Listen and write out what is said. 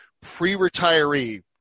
pre-retiree